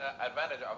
advantage